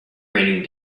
raining